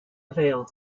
avail